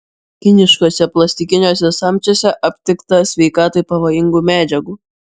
kiniškuose plastikiniuose samčiuose aptikta sveikatai pavojingų medžiagų